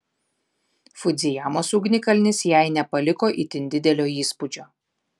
fudzijamos ugnikalnis jai nepaliko itin didelio įspūdžio